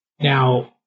Now